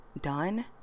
done